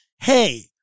hey